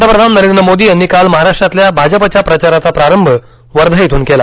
पंतप्रधान नरेंद्र मोदी यांनी काल महाराष्ट्रातल्या भाजपच्या प्रचाराचा प्रारंभ वर्धा इथून केला